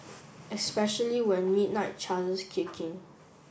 especially when midnight charges kick in